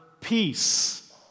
peace